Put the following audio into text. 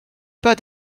pas